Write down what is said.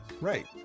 Right